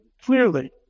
clearly